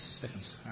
seconds